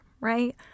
right